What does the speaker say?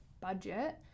budget